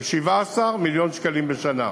ב-17 מיליון שקלים בשנה,